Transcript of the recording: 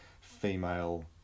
female